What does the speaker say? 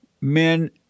men